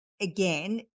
again